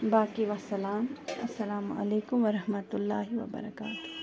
باقی وَسلام اَلسلامُ علیکُم وَ رحمتہ اللہ وَ بَرکاتہوٗ